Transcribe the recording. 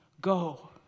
go